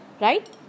Right